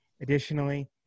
Additionally